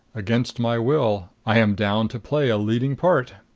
against my will, i am down to play a leading part.